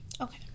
Okay